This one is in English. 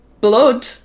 blood